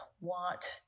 want